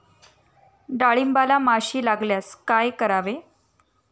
डाळींबाला माशी लागल्यास काय करावे?